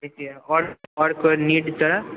आओर आओर कोइ नीड तोरा